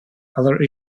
other